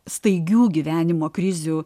staigių gyvenimo krizių